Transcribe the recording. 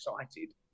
excited